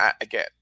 Again